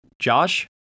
josh